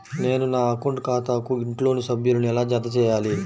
నేను నా అకౌంట్ ఖాతాకు ఇంట్లోని సభ్యులను ఎలా జతచేయాలి?